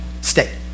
Stay